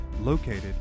located